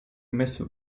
messe